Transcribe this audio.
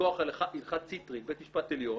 מכוח --- בית משפט עליון,